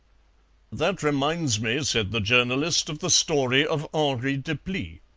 that reminds me, said the journalist, of the story of henri deplis.